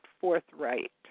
forthright